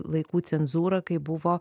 laikų cenzūrą kai buvo